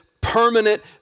permanent